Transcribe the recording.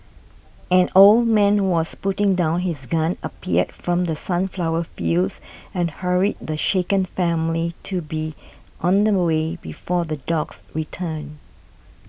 an old man was putting down his gun appeared from the sunflower fields and hurried the shaken family to be on their way before the dogs return